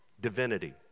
divinity